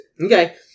Okay